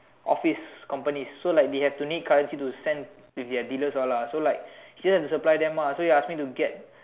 office company so like they have to need currency to send with their dealers all lah so like he does to supply them lah so he ask me to get